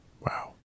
Wow